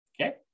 Okay